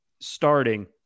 starting